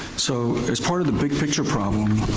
so as part of the big picture problem,